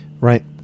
Right